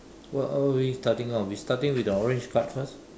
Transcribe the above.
what what are we starting on we starting with the orange card first